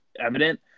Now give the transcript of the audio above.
evident